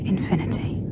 Infinity